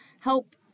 help